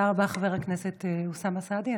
תודה רבה, חבר הכנסת אוסאמה סעדי.